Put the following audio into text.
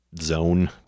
zone